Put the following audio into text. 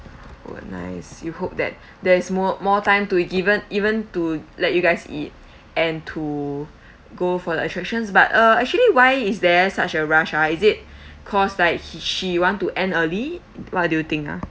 weren't nice you hope that there is more more time to given even to let you guys eat and to go for the attractions but uh actually why is there such a rush uh is it cause like he she want to end early what do you think ah